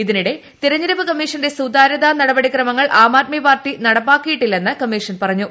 ഇതിനിടെ തിരഞ്ഞെടുപ്പ് കമ്മീഷന്റെ സുതാരൃത നടപടിക്രമങ്ങൾ ആം ആദ്മി പാർട്ടി നടപ്പാക്കിയിട്ടില്ലെന്ന് കമ്മീഷൻ പറഞ്ഞു